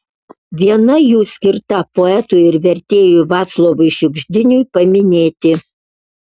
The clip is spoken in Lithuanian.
viena jų skirta poetui ir vertėjui vaclovui šiugždiniui paminėti